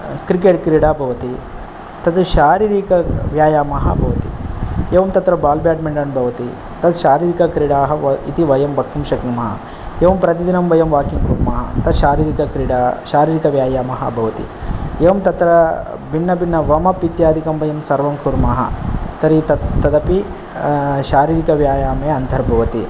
cricket क्रीडा भवति तद् शारीरिकव्यायामः भवति एवं तत्र बाल् बेड्मिण्टन् भवति तत् शारिरकक्रीडाः इति वयं वक्तुं शक्नुमः एवं प्रतिदिनं वयं वाकिङ्ग् कुर्मः तत् शारीरिकक्रीडा शारीरिकव्यायामः भवति एवं तत्र भिन्नभिन्नं वार्मप् इत्यादिकं वयं सर्वं कुर्मः तर्हि तत् तदपि शारीरिकव्यायामे अन्तर्भवति